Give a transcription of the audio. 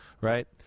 Right